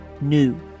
New